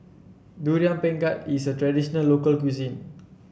Durian Pengat is a traditional local cuisine